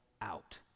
out